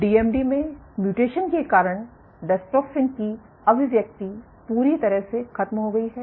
DMD में mutation के कारण डायस्ट्रोफिन की अभिव्यक्ति पूरी तरह से खत्म हो गई है